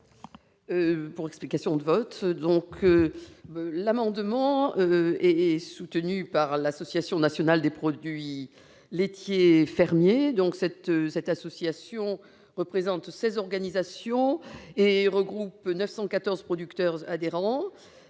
pour explication de vote. Notre amendement est soutenu par l'Association nationale des producteurs laitiers fermiers, qui représente 16 organisations et regroupe 914 producteurs adhérents.